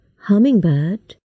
Hummingbird